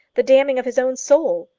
the damning of his own soul!